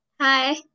Hi